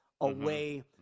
away